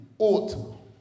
ought